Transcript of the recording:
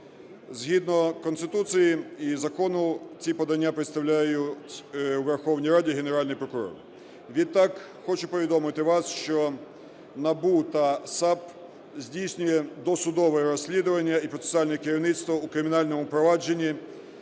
Згідно Конституції і закону ці подання представляє у Верховній Раді Генеральний прокурор. Відтак хочу повідомити вас, що НАБУ та САП здійснює досудове розслідування і процесуальне керівництво у кримінальному провадженні